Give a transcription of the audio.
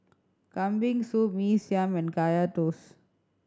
Kambing Soup Mee Siam and Kaya Toast